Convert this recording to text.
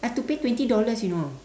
I have to pay twenty dollars you know